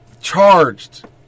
charged